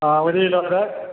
ആ ഒരു kilo cake